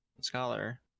scholar